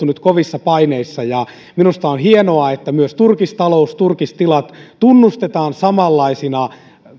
nyt kovissa paineissa minusta on hienoa että myös turkistalous turkistilat tunnustetaan samanlaisina